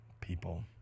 people